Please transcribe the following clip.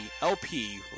lp